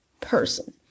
person